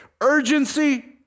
urgency